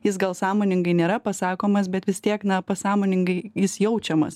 jis gal sąmoningai nėra pasakomas bet vis tiek na pasąmoningai jis jaučiamas